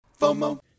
FOMO